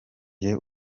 jye